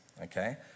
Okay